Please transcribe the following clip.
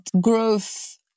growth